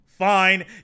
fine